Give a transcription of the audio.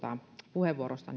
puheenvuorosta